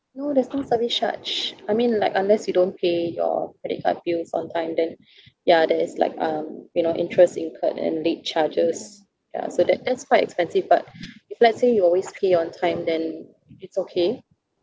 no there's no service charge I mean like unless you don't pay your credit card bills on time then ya there is like um you know interest incurred then late charges ya so that that's quite expensive but if let's say you always pay on time then it's okay